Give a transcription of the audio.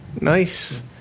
Nice